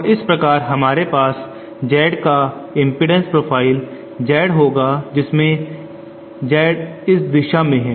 और इस प्रकार हमारे पास Z का इम्पीडन्स प्रोफाइल Z होगा जबकि Z इस दिशा में है